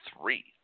three